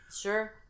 sure